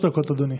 שלוש דקות, אדוני.